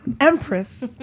Empress